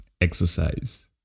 exercise